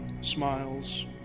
smiles